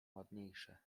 ładniejsze